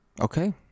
Okay